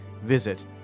Visit